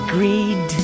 Greed